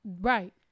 right